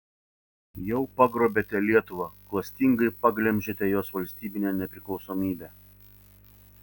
jau pagrobėte lietuvą klastingai paglemžėte jos valstybinę nepriklausomybę